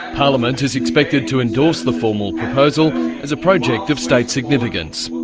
parliament is expected to endorse the formal proposal as a project of state significance.